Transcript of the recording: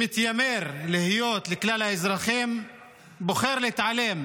שמתיימר להיות לכלל האזרחים בוחר להתעלם.